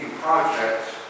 projects